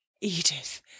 Edith